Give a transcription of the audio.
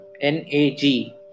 N-A-G